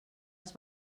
als